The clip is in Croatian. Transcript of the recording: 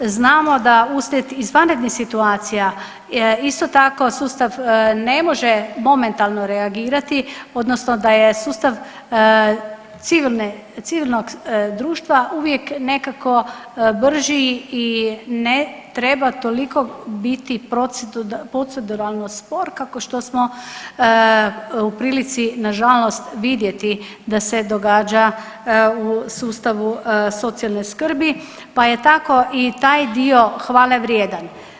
Znamo da uslijed izvanrednih situacija isto tako sustav ne može momentalno reagirati, odnosno da je sustav civilnog društva uvijek nekako brži i ne treba toliko biti proceduralno spor kao što smo u prilici na žalost vidjeti da se događa u sustavu socijalne skrbi, pa je tako i taj dio hvale vrijedan.